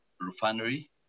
refinery